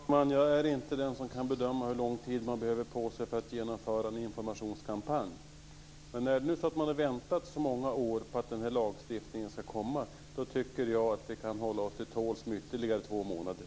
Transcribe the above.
Fru talman! Jag är inte den som kan bedöma hur lång tid man behöver för att genomföra en informationskampanj. Men när vi nu har väntat så många år på att den här lagstiftningen skall komma tycker jag att vi kan ge oss till tåls i ytterligare två månader.